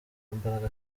mbaraga